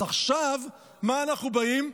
אז עכשיו מה אנחנו באים?